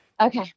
Okay